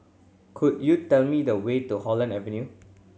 could you tell me the way to Holland Avenue